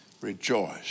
Rejoice